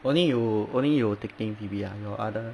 only you only you taking V_B ah your other